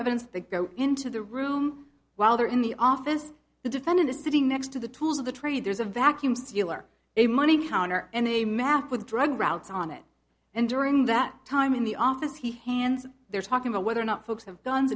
evidence they go into the room while they're in the office the defendant is sitting next to the tools of the trade there's a vacuum sealer a money counter and a map with drug routes on it and during that time in the office he hands they're talking about whether or not folks have g